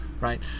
right